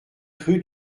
rue